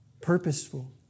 purposeful